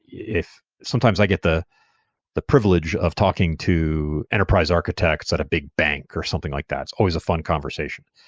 if sometimes i get the the privilege of talking to enterprise architects at a big bank or something like that, it's always a fun conversation,